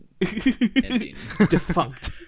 defunct